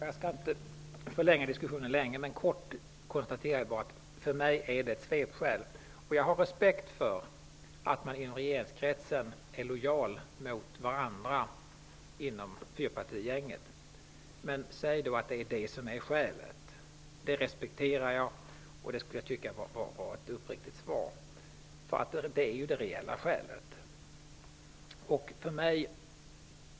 Herr talman! Jag vill bara kort konstatera att det som sagts här för mig framstår som ett svepskäl. Jag har respekt för att man inom regeringskretsen, i fyrpartigänget, visar varandra lojalitet. Men säg då att det är skälet! Det respekterar jag. Jag skulle tycka att det var ett uppriktigt svar, för det är ju det reella skälet.